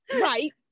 right